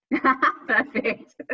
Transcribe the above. Perfect